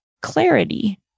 clarity